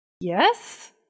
Yes